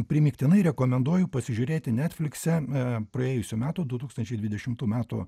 primygtinai rekomenduoju pasižiūrėti netflikse praėjusių metų du tūkstančiai dvidešimtų metų